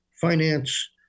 finance